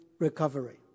Recovery